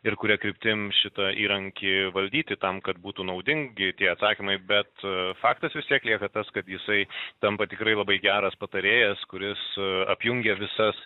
ir kuria kryptim šitą įrankį valdyti tam kad būtų naudingi tie atsakymai bet faktas vis tiek lieka tas kad jisai tampa tikrai labai geras patarėjas kuris apjungia visas